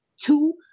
two